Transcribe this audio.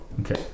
Okay